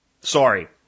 Sorry